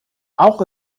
auch